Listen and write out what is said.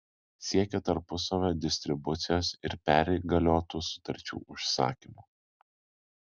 siekia tarpusavio distribucijos ir perįgaliotų sutarčių užsakymų